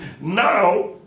Now